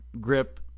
grip